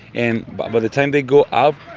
and but by the time they go out,